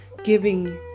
Giving